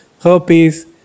herpes